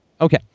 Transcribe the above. Okay